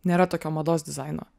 nėra tokio mados dizaino